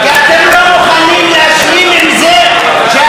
כי אתם לא מוכנים להשלים עם זה שהימין